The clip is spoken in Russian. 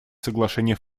соглашения